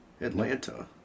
Atlanta